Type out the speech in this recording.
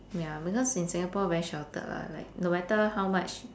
ya because in singapore very sheltered lah what like no matter how much